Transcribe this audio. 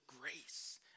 grace